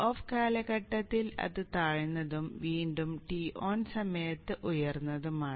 Toff കാലഘട്ടത്തിൽ അത് താഴ്ന്നതും വീണ്ടും Ton സമയത്ത് ഉയർന്നതുമാണ്